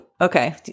okay